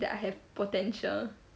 that I have potential